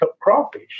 crawfish